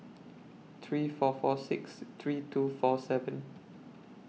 three four four six three two four seven